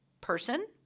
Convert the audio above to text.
person